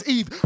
Eve